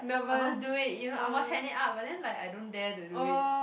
I must do it you know I must hand it up but then like I don't dare to do it